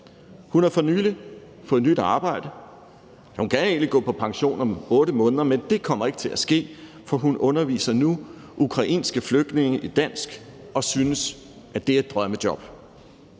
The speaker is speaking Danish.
Hun har for nylig fået nyt arbejde. Hun kan egentlig gå på pension om 8 måneder, men det kommer ikke til at ske, for hun underviser nu ukrainske flygtninge i dansk og synes, at det er et drømmejob.